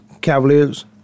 Cavaliers